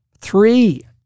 Three